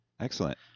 excellent